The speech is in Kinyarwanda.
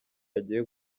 agiye